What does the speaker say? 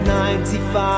95%